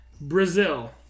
Brazil